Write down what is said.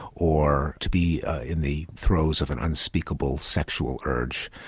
or to be in the throes of an unspeakable sexual urge.